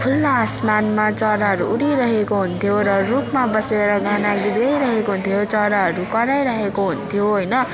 खुल्ला आसमानमा चराहरू उडिरहेको हुन्थ्यो र रुखमा बसेर गाना गीत गाइरहेको हुन्थ्यो चराहरू कराइरहेको हुन्थ्यो होइन